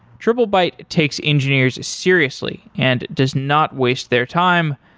triplebyte takes engineers seriously and does not waste their time,